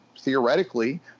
theoretically